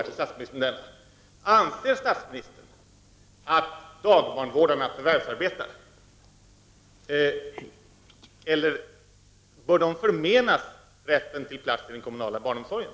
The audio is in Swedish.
till statsministern: Anser statsministern att dagbarnvårdarna förvärvsarbetar, eller bör deras barn förmenas plats inom den kommunala barnomsorgen?